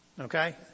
Okay